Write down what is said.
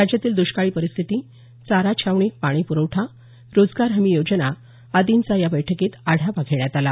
राज्यातील दृष्काळी परिस्थिती चारा छावणी पाणी प्रखठा रोहयो आदींचा या बैठकीत आढावा घेण्यात आला